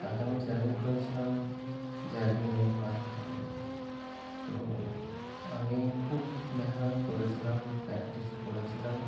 তাকে আমি চ্যালেঞ্জ করেছিলাম যে একদিন আমি ফার্স্ট হবই তো আমি খুব মেহনত করেছিলাম প্র্যাকটিস করেছিলাম